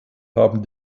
haben